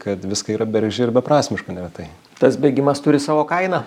kad viska yra bergždžia ir beprasmiška neretai tas bėgimas turi savo kainą